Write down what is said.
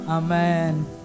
Amen